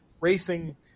racing